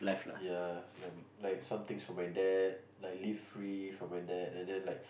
ya like like somethings from my dad like live free from my dad and then like